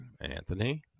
Anthony